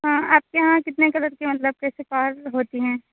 ہاں آپ کے کتنے کلرس کی مطلب کیسی کار ہوتی ہیں